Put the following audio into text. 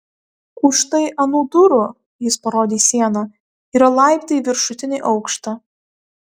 už štai anų durų jis parodė į sieną yra laiptai į viršutinį aukštą